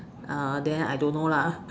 uh then I don't know lah